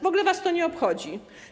W ogóle was to nie obchodzi.